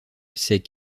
ses